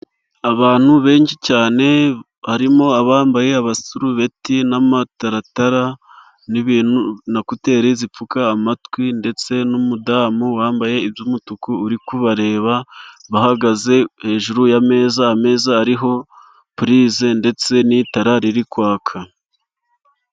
Abantu benshi cyane barimo abambaye abasurubeti, n'amataratara, nakuteri zipfuka amatwi, ndetse n'umudamu wambaye iby'umutuku uri kubareba. Bahagaze hejuru y'ameza, ameza ariho purise ndetse n'itara riri kwaka.